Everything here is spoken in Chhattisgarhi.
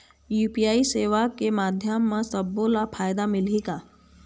यू.पी.आई सेवा के माध्यम म सब्बो ला फायदा मिलही का?